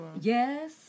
Yes